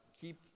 Keep